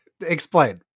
Explain